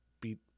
beat